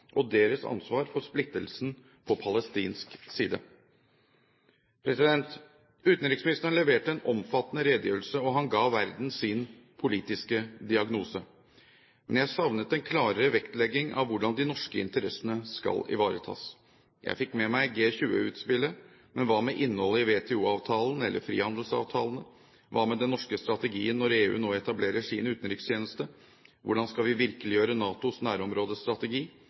og deres ansvar for splittelsen på palestinsk side. Utenriksministeren leverte en omfattende redegjørelse, og han ga verden sin politiske diagnose. Men jeg savnet en klarere vektlegging av hvordan de norske interessene skal ivaretas. Jeg fikk med meg G20-utspillet. Men hva med innholdet i WTO eller frihandelsavtalene? Hva med den norske strategien når EU nå etablerer sin utenrikstjeneste? Hvordan skal vi virkeliggjøre NATOs nærområdestrategi?